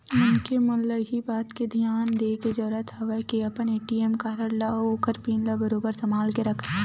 मनखे मन ल इही बात के धियान देय के जरुरत हवय के अपन ए.टी.एम कारड ल अउ ओखर पिन ल बरोबर संभाल के रखय